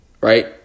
right